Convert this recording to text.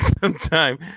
sometime